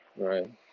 right